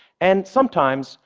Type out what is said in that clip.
and, sometimes,